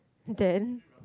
then